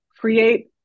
create